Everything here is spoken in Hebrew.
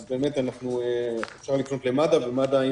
אז באמת אפשר לפנות למד"א.